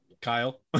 Kyle